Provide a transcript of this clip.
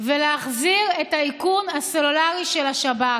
ולהחזיר את האיכון הסלולרי של השב"כ.